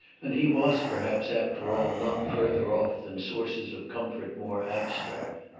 and he was perhaps after all not further off than sources of comfort more abstract.